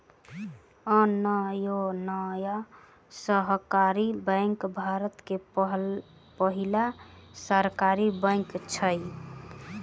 Anyonya Sahakari bank Bharat के पहिल सहकारी बैंक अछि